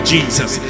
Jesus